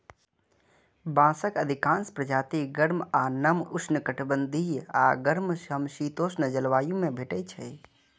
बांसक अधिकांश प्रजाति गर्म आ नम उष्णकटिबंधीय आ गर्म समशीतोष्ण जलवायु मे भेटै छै